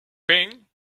thing